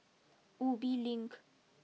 Ubi Link